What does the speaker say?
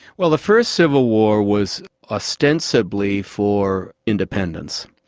well the first civil war was ostensibly for independence.